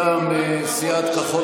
תעבור לפרלמנט הפלסטיני מסיעת כחול